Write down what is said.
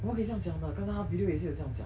我们可以这样讲的刚才它 video 也是有这样讲